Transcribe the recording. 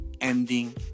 ending